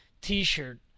t-shirt